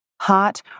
hot